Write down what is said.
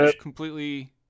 completely